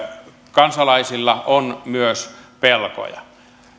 kansalaisilla on myös pelkoja